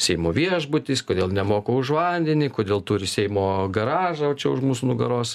seimo viešbutis kodėl nemoka už vandenį kodėl turi seimo garažą o čia už mūsų nugaros